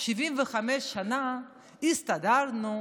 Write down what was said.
75 שנה הסתדרנו,